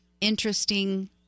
interesting